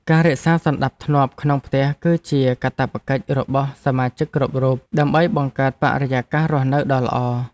ការរក្សាសណ្តាប់ធ្នាប់ក្នុងផ្ទះគឺជាកាតព្វកិច្ចរបស់សមាជិកគ្រប់រូបដើម្បីបង្កើតបរិយាកាសរស់នៅដ៏ល្អ។